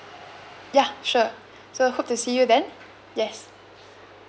ya sure so hope to see you then yes